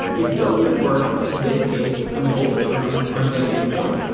it doesn't work in this case when both terms are negative one.